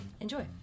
Enjoy